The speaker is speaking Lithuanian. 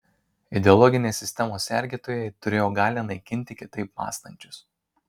ideologinės sistemos sergėtojai turėjo galią naikinti kitaip mąstančius